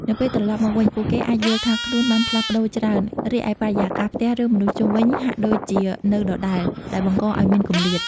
នៅពេលត្រឡប់មកវិញ ពួកគេអាចយល់ថាខ្លួនបានផ្លាស់ប្តូរច្រើន រីឯបរិយាកាសផ្ទះ ឬមនុស្សជុំវិញហាក់ដូចជានៅដដែល ដែលបង្កឱ្យមានគម្លាត។